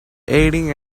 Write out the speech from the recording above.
aiding